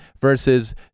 versus